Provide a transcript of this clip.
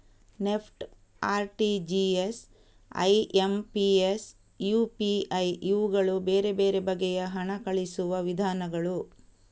NEFT, RTGS, IMPS, UPI ಇವುಗಳು ಬೇರೆ ಬೇರೆ ಬಗೆಯ ಹಣ ಕಳುಹಿಸುವ ವಿಧಾನಗಳು